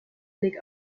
blick